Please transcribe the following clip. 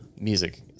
music